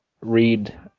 read